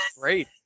great